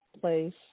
place